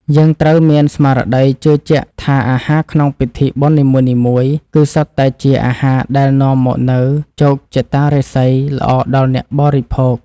យើងត្រូវមានស្មារតីជឿជាក់ថាអាហារក្នុងពិធីបុណ្យនីមួយៗ គឺសុទ្ធតែជាអាហារដែលនាំមកនូវជោគជតារាសីល្អដល់អ្នកបរិភោគ។